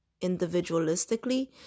individualistically